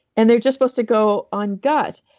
and they're just supposed to go on gut.